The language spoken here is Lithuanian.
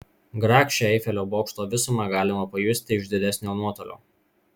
grakščią eifelio bokšto visumą galima pajusti iš didesnio nuotolio